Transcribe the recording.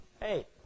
Hey